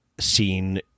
seen